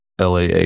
LAA